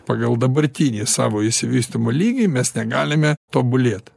pagal dabartinį savo išsivystymo lygį mes negalime tobulėt